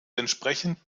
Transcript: entsprechend